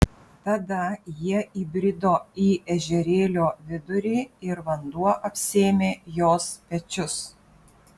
tada jie įbrido į ežerėlio vidurį ir vanduo apsėmė jos pečius